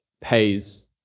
pays